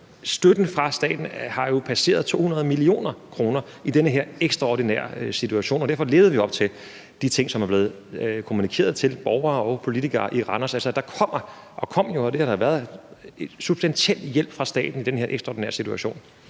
støtten fra staten har jo passeret 200 mio. kr. i forbindelse med den her ekstraordinære situation, og derfor har vi levet op til det, som er blevet kommunikeret til borgere og politikere i Randers, altså at der har været og er en substantiel hjælp fra staten i den her ekstraordinære situation.